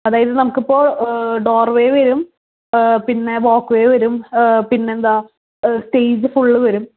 അതായത് നമുക്ക് ഇപ്പോൾ ഡോർ വെയ് വരും പിന്നെ വാക് വെയ് വരും പിന്നെന്താ സ്റ്റേജ് ഫുള്ള് വരും